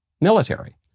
military